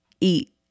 eat